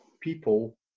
people